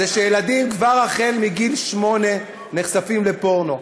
זה שילדים כבר מגיל שמונה נחשפים לפורנו,